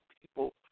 people